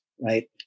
right